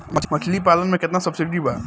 मछली पालन मे केतना सबसिडी बा?